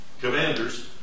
commanders